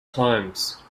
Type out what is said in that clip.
times